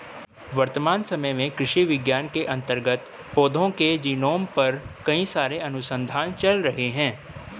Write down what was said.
वर्तमान समय में कृषि विज्ञान के अंतर्गत पौधों के जीनोम पर कई सारे अनुसंधान चल रहे हैं